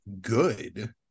good